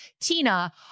Tina